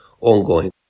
ongoing